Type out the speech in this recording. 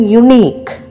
unique